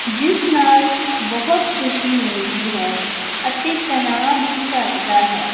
ਜਿਸ ਨਾਲ ਬਹੁਤ ਖੁਸ਼ੀ ਮਿਲਦੀ ਹੈ ਅਤੇ ਤਨਾਅ ਵੀ ਘੱਟਦਾ ਹੈ